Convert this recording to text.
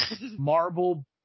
marble